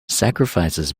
sacrifices